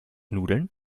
nudeln